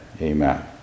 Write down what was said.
Amen